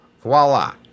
voila